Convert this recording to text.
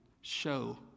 show